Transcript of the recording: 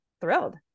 thrilled